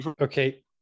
Okay